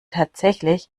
tatsächlich